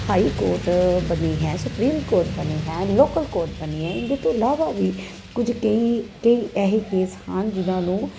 high court ਬਣੀ ਹੈ supreme court ਬਣੀ ਹੈ ਲੋਕਲ ਕੋਰਟ ਬਣੀ ਹੈ ਇਹਦੇ ਤੋਂ ਇਲਾਵਾ ਵੀ ਕੁਝ ਕਈ ਕਈ ਐਸੇ ਕੇਸ ਹਨ ਜਿਨ੍ਹਾਂ ਨੂੰ